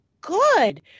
good